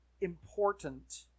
important